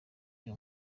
iyo